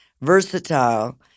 versatile